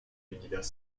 l’univers